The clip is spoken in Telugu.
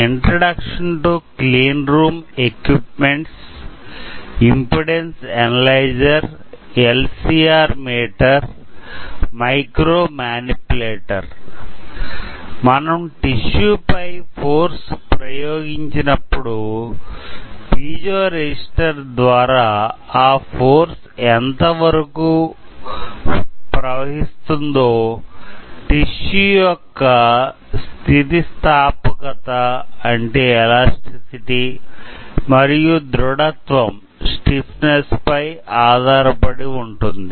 introduction to clean room equipments impedance analyzer L C R meter micromanipulator మనం టిష్యూ పై ఫోర్స్ ప్రయోగించినప్పుడు పిజో రెసిస్టర్ ద్వారా ఆ ఫోర్స్ ఎంతమేరకు ప్రవహిస్తుందో టిష్యూ యొక్క స్థితి స్థాపకత మరియు దృఢత్వం పై ఆధారపడి ఉంటుంది